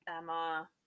Emma